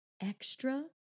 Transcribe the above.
extra